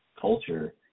culture